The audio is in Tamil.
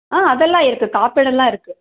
ஆ அதெல்லாம் இருக்குது காப்பீடெல்லாம் இருக்குது